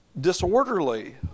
disorderly